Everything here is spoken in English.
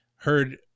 heard